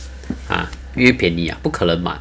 ah 因为便宜 ah 不可能 mah